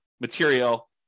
material